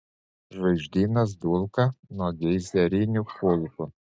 žvaigždynas dulka nuo geizerinių kulkų